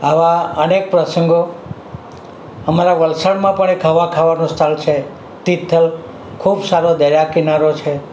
આવા અનેક પ્રસંગો અમારાં વલસાડમાં પણ એક હવા ખાવાનું સ્થળ છે તિથલ ખૂબ સારો દરિયા કિનારો છે